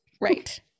Right